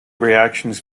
reactions